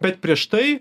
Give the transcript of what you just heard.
bet prieš tai